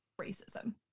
racism